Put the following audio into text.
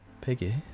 Piggy